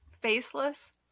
Faceless